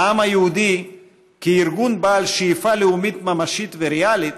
העם היהודי כארגון בעל שאיפה לאומית ממשית וריאלית,